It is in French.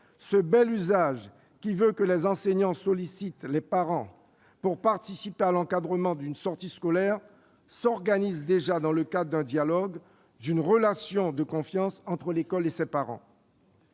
ce bel usage qui veut que les enseignants sollicitent des parents pour participer à l'encadrement d'une sortie scolaire s'organise déjà dans le cadre d'un dialogue, d'une relation de confiance entre l'école et ces parents.